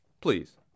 Please